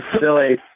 silly